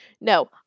No